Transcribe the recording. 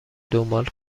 دنبال